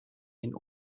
den